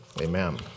Amen